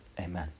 Amen